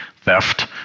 theft